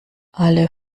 alle